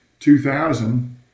2000